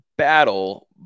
battle